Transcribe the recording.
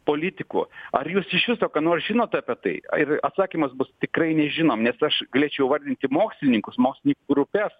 politikų ar jūs iš viso ką nors žinot apie tai ir atsakymas bus tikrai nežinom nes aš galėčiau vardyti mokslininkus mokslininkų grupes